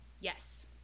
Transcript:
Yes